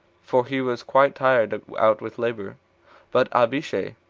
for he was quite tired out with labor but abishai,